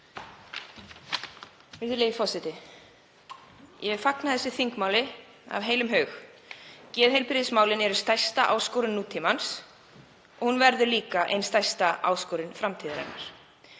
Virðulegi forseti. Ég fagna þessu þingmáli af heilum hug. Geðheilbrigðismálin eru stærsta áskorun nútímans og verða líka ein stærsta áskorun framtíðarinnar.